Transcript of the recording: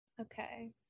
Okay